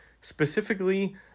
specifically